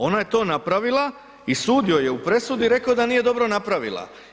Ona je to napravila i sud joj je u presudi rekao da nije dobro napravila.